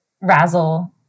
razzle